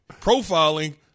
profiling